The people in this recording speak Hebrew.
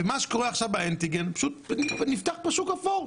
מה שקורה עכשיו באנטיגן זה שפשוט נפתח פה שוק אפור.